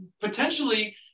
potentially